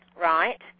right